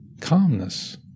calmness